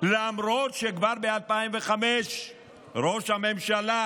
למרות שכבר ב-2005 ראש הממשלה